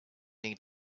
need